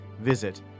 Visit